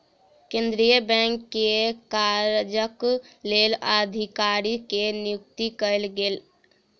केंद्रीय बैंक के काजक लेल अधिकारी के नियुक्ति कयल गेल